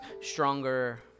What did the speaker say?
stronger